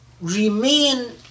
remain